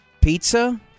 pizza